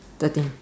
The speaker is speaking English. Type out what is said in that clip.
thirteen